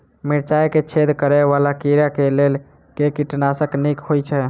मिर्चाय मे छेद करै वला कीड़ा कऽ लेल केँ कीटनाशक नीक होइ छै?